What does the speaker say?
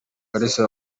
kalisa